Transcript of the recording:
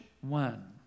one